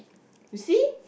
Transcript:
you see